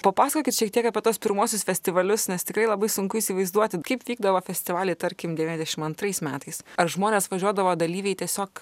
papasakokit šiek tiek apie tuos pirmuosius festivalius nes tikrai labai sunku įsivaizduoti kaip vykdavo festivaliai tarkim devyniasdešim antrais metais ar žmonės važiuodavo dalyviai tiesiog